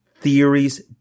theories